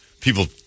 people